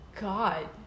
god